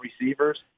receivers